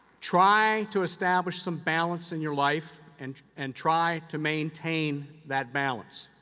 try to establish some balance in your life and and try to maintain that balance.